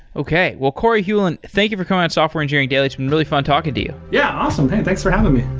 okay. corey hulen, thank you for coming on software engineering daily. it's been really fun talking to you. yeah, awesome. hey, thanks for having me.